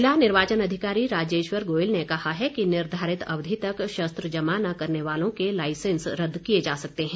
जिला निर्वाचन अधिकारी राजेश्वर गोयल ने कहा है कि निर्धारित अवधि तक शस्त्र जमा न करने वालों के लाइसेंस रद्द किए जा सकते हैं